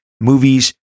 movies